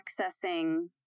accessing